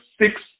six